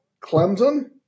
Clemson